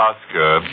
Oscar